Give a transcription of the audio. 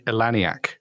Elaniac